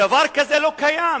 דבר כזה לא קיים,